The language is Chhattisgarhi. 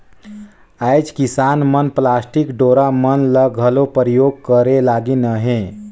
आएज किसान मन पलास्टिक डोरा मन ल घलो परियोग करे लगिन अहे